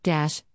Dash